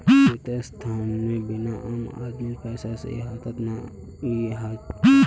वित्तीय संस्थानेर बिना आम आदमीर पैसा सही हाथत नइ ह तोक